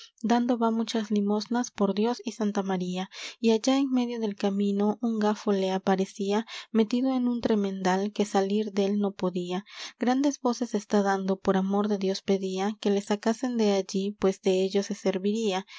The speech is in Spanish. dando va muchas limosnas por dios y santa maría y allá en medio del camino un gafo le aparecía metido en un tremedal que salir dél no podía grandes voces está dando por amor de dios pedía que le sacasen de allí pues dello se